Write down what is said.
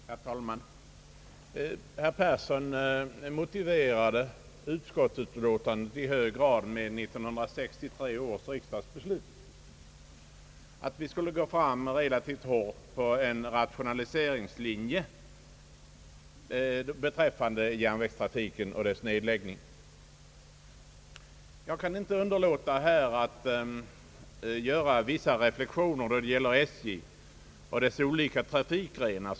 Herr talman! Herr Persson motiverade utskottets utlåtande i hög grad med 1963 års riksdagsbeslut, att vi skulle gå fram relativt hårt för en rationaliseringslinje beträffande järnvägstrafiken och dess nedläggning. Jag kan inte underlåta att här göra vissa reflexioner beträffande SJ och dess olika trafikgrenar.